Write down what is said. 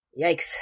Yikes